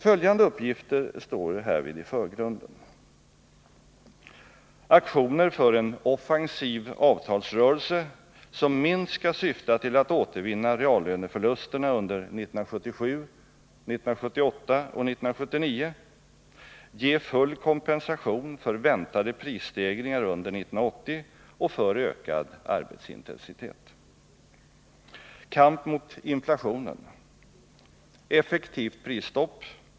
Följande uppgifter står i förgrunden: Aktioner för en offensiv avtalsrörelse som minst skall syfta till att återvinna reallöneförlusterna under 1977, 1978 och 1979, ge full kompensation för väntade prisstegringar under 1980 och för ökad arbetsintensitet. Kamp mot inflationen: Effektivt prisstopp.